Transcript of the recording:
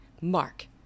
Mark